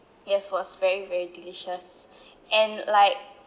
yes was very very delicious and like